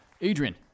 Adrian